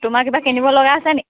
তোমাৰ কিবা কিনিব লগা আছে নি